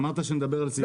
אמרת שנדבר על סעיף-סעיף.